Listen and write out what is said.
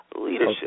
leadership